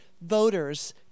voters